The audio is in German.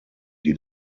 die